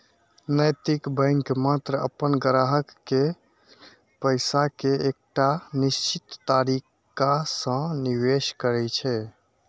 नैतिक बैंक मात्र अपन ग्राहक केर पैसा कें एकटा निश्चित तरीका सं निवेश करै छै